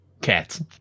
Cats